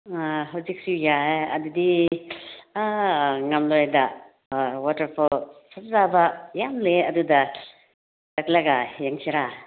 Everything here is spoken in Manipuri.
ꯍꯧꯖꯤꯛꯁꯨ ꯌꯥꯏꯌꯦ ꯑꯗꯨꯗꯤ ꯉꯝꯂꯣꯏꯗ ꯍꯣꯏ ꯋꯥꯇꯔꯐꯣꯜ ꯐꯖꯕ ꯌꯥꯝ ꯂꯩꯌꯦ ꯑꯗꯨꯗ ꯆꯠꯂꯒ ꯌꯦꯡꯁꯤꯔ